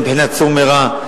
בבחינת סור מרע,